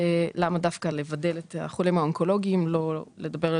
למה דווקא לבדל את החולים האונקולוגיים לא לדבר על